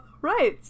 Right